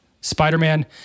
Spider-Man